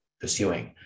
pursuing